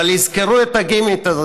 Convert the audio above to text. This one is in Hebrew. אבל יזכרו את הגימיק הזה,